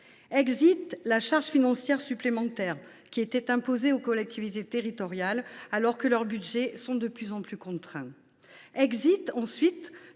la charge financière supplémentaire qui était imposée aux collectivités territoriales, alors que les budgets de celles ci sont de plus en plus contraints., ensuite,